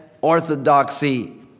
orthodoxy